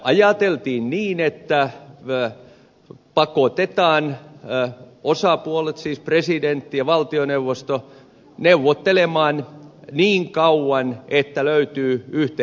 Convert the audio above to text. ajateltiin niin että pakotetaan osapuolet siis presidentti ja valtioneuvosto neuvottelemaan niin kauan että löytyy yhteinen ratkaisu